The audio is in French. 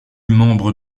membre